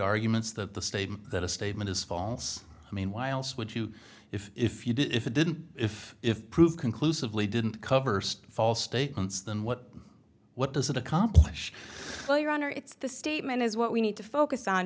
arguments that the statement that a statement is false i mean why else would you if if you did if it didn't if if proved conclusively didn't cover story false statements then what what does it accomplish well your honor it's the statement is what we need to focus on